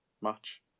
match